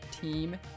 team